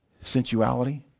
sensuality